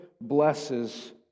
blesses